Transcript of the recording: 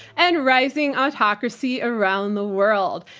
and rising autocracy around the world.